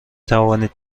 توانید